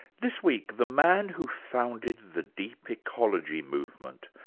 this week, the man who founded the deep ecology movement,